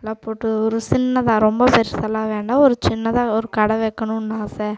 எல்லாம் போட்டு ஒரு சின்னதாக ரொம்ப பெருசாலாம் வேண்டாம் ஒரு சின்னதாக ஒரு கடை வைக்கணுன்னு ஆசை